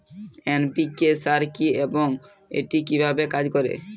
NPK সার কি এবং এটি কিভাবে কাজ করে?